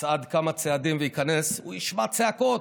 יצעד כמה צעדים וייכנס, הוא ישמע צעקות,